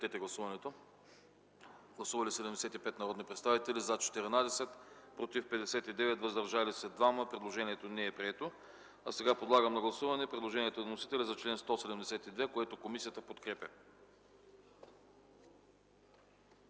не подкрепя. Гласували 75 народни представители: за 14, против 59, въздържали се 2. Предложението не е прието. Подлагам на гласуване предложението на вносителя за чл. 172, което комисията подкрепя.